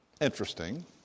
Interesting